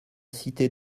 cité